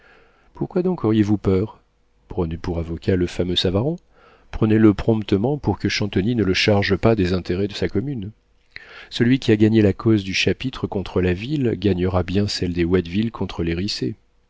pourquoi donc auriez-vous peur prenez pour avocat le fameux savaron prenez-le promptement pour que chantonnit ne le charge pas des intérêts de sa commune celui qui a gagné la cause du chapitre contre la ville gagnera bien celle des watteville contre les